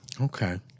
okay